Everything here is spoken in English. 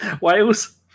Wales